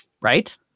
right